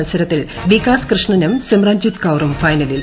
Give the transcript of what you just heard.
മത്സരത്തിൽ വികാസ് കൃഷനും സിമ്രൻജിത്ത് കൌറും ഫൈനലിൽ